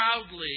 proudly